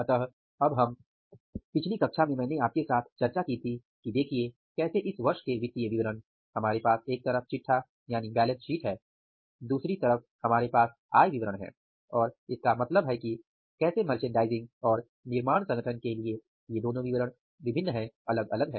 अतः पिछली कक्षा में मैंने आपके साथ चर्चा की थी कि देखिये कैसे इस वर्ष के वित्तीय विवरण हमारे पास एक तरफ चिट्ठा बैलेंस शीट है दूसरी तरफ हमारे पास आय विवरण है और इसका मतलब है कि कैसे मर्चेंडाइजिंग और निर्माण संगठन के लिए ये दोनों विवरण अलग अलग हैं